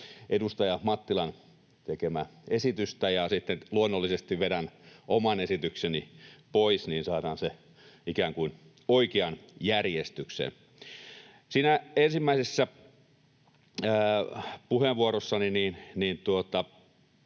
edustaja Mattilan tekemää esitystä, ja sitten luonnollisesti vedän oman esitykseni pois, niin että saadaan se ikään kuin oikeaan järjestykseen. Siinä ensimmäisessä puheenvuorossani